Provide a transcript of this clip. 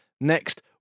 next